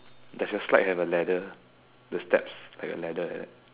does the slide have a ladder the step like a ladder like that